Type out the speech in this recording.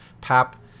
Pap